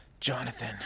Jonathan